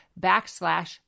backslash